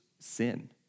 sin